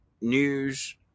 news